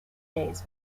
days